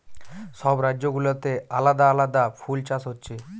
সব রাজ্য গুলাতে আলাদা আলাদা ফুল চাষ হচ্ছে